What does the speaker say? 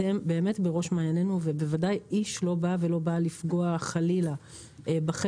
אתם באמת בראש מעיננו ובוודאי איש לא בא ולא באה לפגוע חלילה בכם,